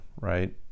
right